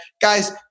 Guys